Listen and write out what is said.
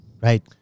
Right